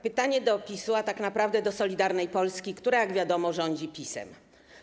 Pytanie do PiS-u, a tak naprawdę do Solidarnej Polski, która - jak wiadomo - rządzi PiS-em.